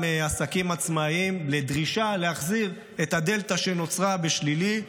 עסקים עצמאים לדרישה להחזיר את הדלתא שנוצרה בשלילי.